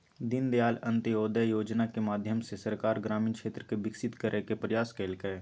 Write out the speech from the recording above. दीनदयाल अंत्योदय योजना के माध्यम से सरकार ग्रामीण क्षेत्र के विकसित करय के प्रयास कइलके